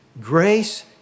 Grace